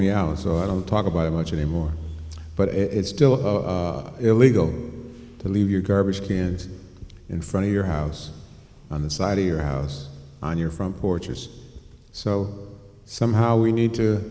me out so i don't talk about it much anymore but it's still illegal to leave your garbage cans in front of your house on the side of your house on your front porches so somehow we need to